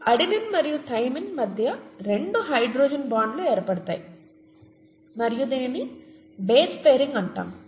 adenine మరియు thymine మధ్య రెండు హైడ్రోజన్ బాండ్లు ఏర్పడతాయి మరియు దీనిని బేస్ పేరింగ్ అంటాము